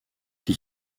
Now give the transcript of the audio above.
die